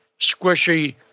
squishy